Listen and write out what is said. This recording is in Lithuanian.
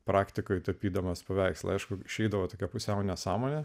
praktikoje tapydamas paveikslą išeidavo tokia pusiau nesąmonė